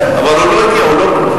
בסדר, אבל הוא לא הגיע, הוא לא פה.